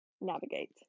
navigate